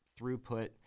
throughput